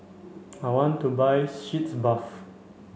I want to buy sitz bath